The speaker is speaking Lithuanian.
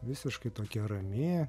visiškai tokia rami